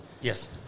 Yes